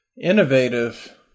innovative